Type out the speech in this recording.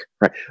right